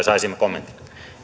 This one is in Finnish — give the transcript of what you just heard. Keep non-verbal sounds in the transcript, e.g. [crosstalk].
[unintelligible] saisin kommentin